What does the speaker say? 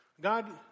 God